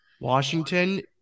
Washington